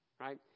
right